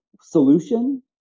solution